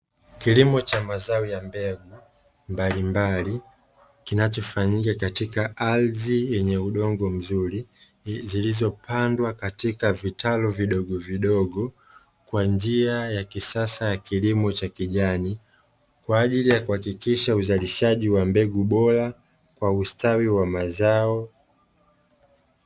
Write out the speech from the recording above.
Kilimo cha mazao ya mbegu mbalimbali kinachofanyika katika ardhi yenye udongo mzuri. Zilizopandwa katika vitalu vidogovidogo kwa njia ya kisasa ya kilimo cha kijani. Kwa ajili ya kuhakikisha uzalishaji wa mbegu bora kwa ustawi wa mazao.